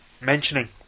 mentioning